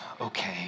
okay